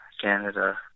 Canada